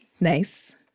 Nice